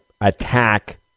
attack